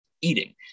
eating